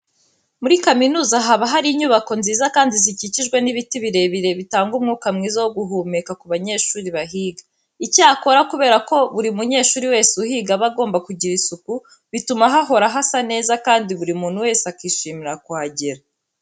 Muri kaminuza haba hari inyubako nziza kandi zikikijwe n'ibiti birebire bitanga umwuka mwiza wo guhumeka ku banyeshuri bahiga. Icyakora kubera ko buri munyeshuri wese uhiga aba agomba kugira isuku, bituma hahora hasa neza kandi buri muntu wese akishimira kuhagera.